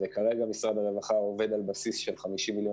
כרגע משרד הרווחה עובד על בסיס של 50 מיליון